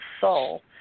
soul